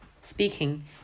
Speaking